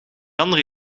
andere